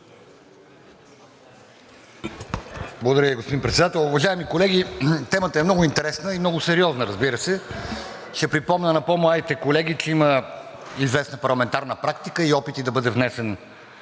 Благодаря Ви, господин Председател. Уважаеми колеги! Темата е много интересна и много сериозна, разбира се. Ще припомня на по-младите колеги, че има известна парламентарна практика и опити да бъде внесен